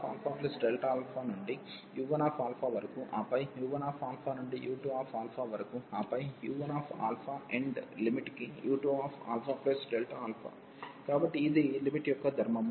కాబట్టి u1α నుండి u1 వరకు ఆపై u1 నుండి u2 వరకు ఆపై u1 ఎండ్ లిమిట్ కి u2αΔα కాబట్టి ఇది లిమిట్ యొక్క ధర్మము